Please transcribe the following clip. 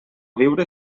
viure